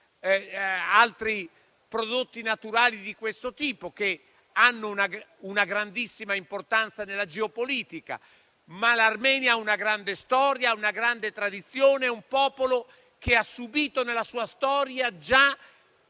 altri prodotti naturali di questo tipo, che hanno una grandissima importanza nella geopolitica. Ma l'Armenia ha una grande storia e una grande tradizione e il suo popolo ha già subito nella sua storia